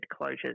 closures